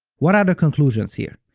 what are the conclusions here?